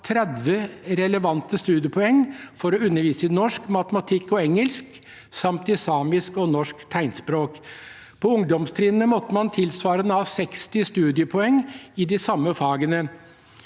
30 relevante studiepoeng for å undervise i norsk, matematikk og engelsk samt i samisk og norsk tegnspråk. På ungdomstrinnet måtte man tilsvarende ha 60 studiepoeng i de samme fagene.